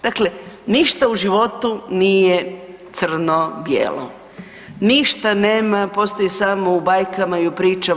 Dakle, ništa u životu nije crno bijelo, ništa nema postoji samo u bajkama i u pričama.